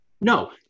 No